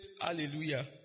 hallelujah